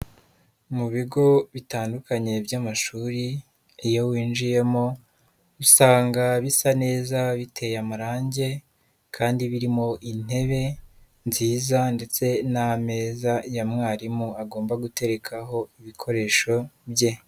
Mu bigo bitandukanye by'amashuri, iyo winjiyemo usanga bisa neza biteye amarangi kandi birimo intebe nziza ndetse n'ameza ya mwarimu agomba guterekaho ibikoresho bye.